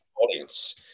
audience